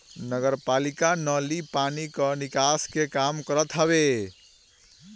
नगरपालिका नाली पानी कअ निकास के काम करत हवे